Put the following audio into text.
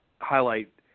highlight